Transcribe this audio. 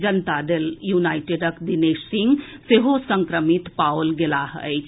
जनता दल यूनाईटेडक दिनेश सिंह सेहो संक्रमित पाओल गेलाह अछि